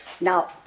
Now